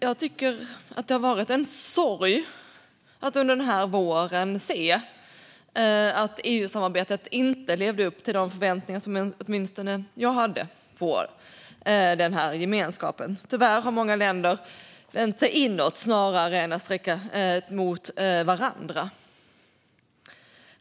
Jag tycker att det har varit en sorg att under våren se att EU-samarbetet inte har levt upp till de förväntningar som åtminstone jag hade på den här gemenskapen. Tyvärr har många länder vänt sig inåt snarare än att sträcka sig mot varandra.